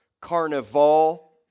carnival